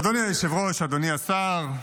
אדוני היושב-ראש, אדוני השר,